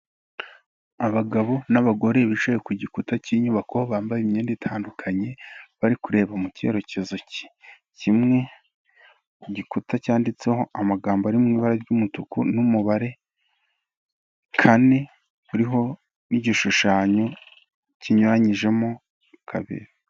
Abagabo n'abagore bicaye ku gikuta cy'inyubako, bambaye imyenda itandukanye bari kureba mu cyerekezo kimwe, mu gikuta cyanditseho amagambo ari mu ibara ry'umutuku n'umubare kane, uriho n'igishushanyo kinyuranyijemo kabiri.